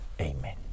Amen